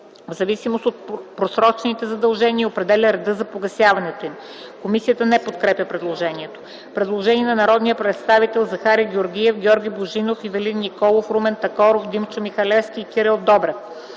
в зависимост от просрочените задължения и определя реда за погасяването им.” Комисията не подкрепя предложението. Предложение от народните представители Захари Георгиев, Георги Божинов, Ивелин Николов, Румен Такоров, Димчо Михалевски и Кирил Добрев: